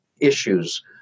issues